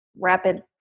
rapid